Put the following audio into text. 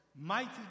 Mighty